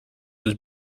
was